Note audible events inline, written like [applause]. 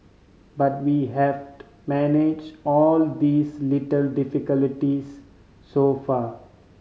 but we have [unintelligible] manage all these little difficulties so far